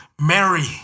Mary